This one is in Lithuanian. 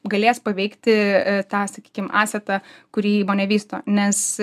galės paveikti tą sakykim asetą kurį įmonė vysto nes